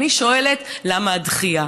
אני שואלת: למה הדחייה?